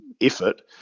effort